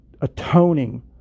atoning